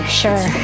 sure